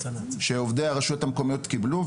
שעובדי הרשויות המקומיות קיבלו,